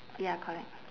ya correct